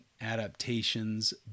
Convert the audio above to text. adaptations